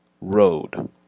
road